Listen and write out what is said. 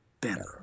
better